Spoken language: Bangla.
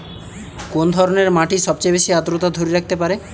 কোন ধরনের মাটি সবচেয়ে বেশি আর্দ্রতা ধরে রাখতে পারে?